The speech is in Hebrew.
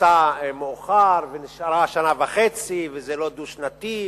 נכנסה מאוחר ונשארה שנה וחצי וזה לא דו-שנתי,